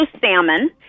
salmon